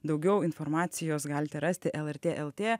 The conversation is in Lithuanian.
daugiau informacijos galite rasti lrt lt